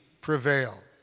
prevail